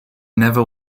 never